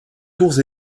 tours